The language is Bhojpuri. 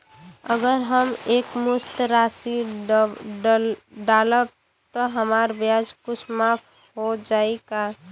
अगर हम एक मुस्त राशी डालब त हमार ब्याज कुछ माफ हो जायी का?